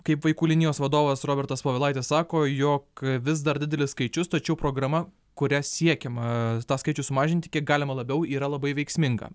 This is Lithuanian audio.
kaip vaikų linijos vadovas robertas povilaitis sako jog vis dar didelis skaičius tačiau programa kuria siekiama tą skaičių sumažinti kiek galima labiau yra labai veiksminga